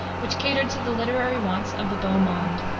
which catered to the literary wants of the beau monde.